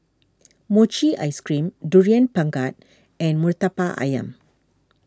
Mochi Ice Cream Durian Pengat and Murtabak Ayam